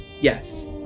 yes